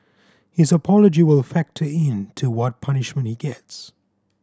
his apology will factor in to what punishment he gets